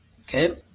Okay